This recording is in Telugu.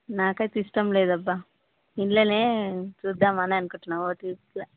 నాకైతే ఇష్టం లేదబ్బా ఇంట్లో చూద్దామని అనుకుంటున్నాను ఓటీటీలో